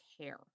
care